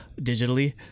digitally